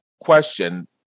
question